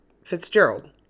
Fitzgerald